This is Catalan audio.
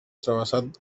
travessat